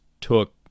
took